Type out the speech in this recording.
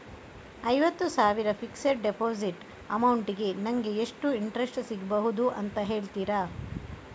ಐವತ್ತು ಸಾವಿರ fixed deposit amount ಗೆ ನಂಗೆ ಎಷ್ಟು ಇಂಟ್ರೆಸ್ಟ್ ಸಿಗ್ಬಹುದು ಅಂತ ಹೇಳ್ತೀರಾ?